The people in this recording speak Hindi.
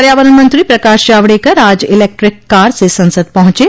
पर्यावरण मंत्री प्रकाश जावड़ेकर आज इलेक्ट्रिक कार से संसद पहुंचे